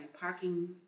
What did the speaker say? parking